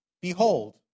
Behold